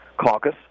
Caucus